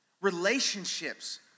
Relationships